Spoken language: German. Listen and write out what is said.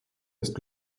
ist